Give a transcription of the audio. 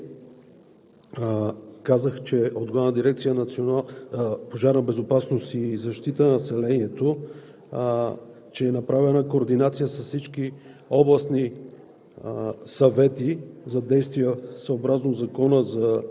В първоначалното ми изложение казах, че от Главна дирекция „Пожарна безопасност и защита на населението“ е направена координация с всички областни